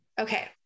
Okay